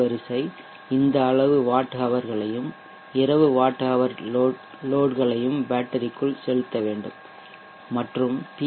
வரிசை இந்த அளவு வாட் ஹவர்களையும் இரவு வாட் ஹவர் லோட்களையும் பேட்டரிக்குள் செலுத்த வேண்டும் மற்றும் பி